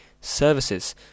services